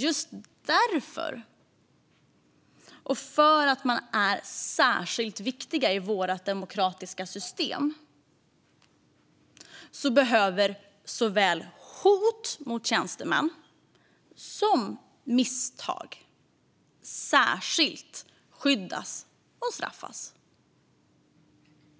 Just därför, och eftersom tjänstemännen är särskilt viktiga i vårt demokratiska system, behöver såväl hot mot tjänstemän som tjänstemäns misstag särskilt straffas.